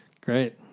Great